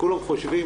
כולם חושבים,